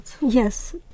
Yes